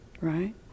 right